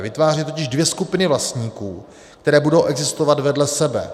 Vytváří totiž dvě skupiny vlastníků, které budou existovat vedle sebe.